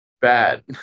Bad